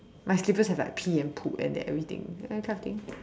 my slippers have like pee and poo and that everything you know that kind of thing